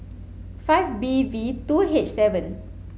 five B V two H seven